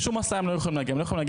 בשום הסעה הם לא יכולים להגיע.